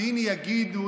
שיגידו,